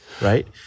Right